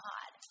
God